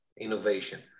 innovation